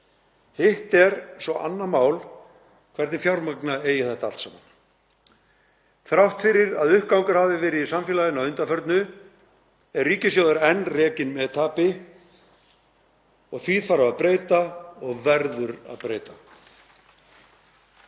Hitt er svo annað mál hvernig fjármagna á þetta allt saman. Þrátt fyrir að uppgangur hafi verið í samfélaginu að undanförnu er ríkissjóður enn rekinn með tapi og því þarf að breyta og verður að breyta.